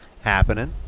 happening